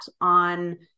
on